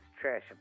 trash